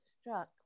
struck